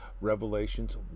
revelations